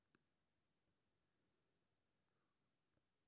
आलु बीज बोये वाला मशीन पर केतना के प्रस्ताव हय?